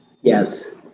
Yes